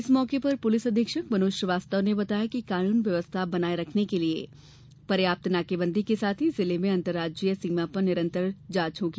इस मौके पर पुलिस अधीक्षक मनोज श्रीवास्तव ने बताया कि कानून व्यवस्था बनाये रखने के लिये पर्याप्त नाकेबंदी के साथ ही जिले में अन्तर्राज्यीय सीमा पर निरन्तर जांच होगी